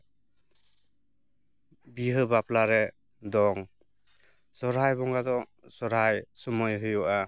ᱵᱤᱦᱟᱹ ᱵᱟᱯᱞᱟ ᱨᱮ ᱫᱚᱝ ᱥᱚᱨᱦᱟᱭ ᱵᱚᱸᱜᱟ ᱫᱚ ᱥᱚᱨᱦᱟᱭ ᱥᱚᱢᱚᱭ ᱦᱩᱭᱩᱜᱼᱟ